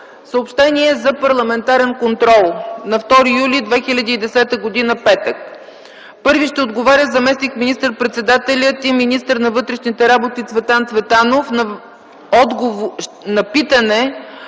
Съобщение за парламентарен контрол на 2 юли 2010 г., петък: Първи ще отговаря заместник министър-председателят и министър на вътрешните работи Цветан Цветанов на питане,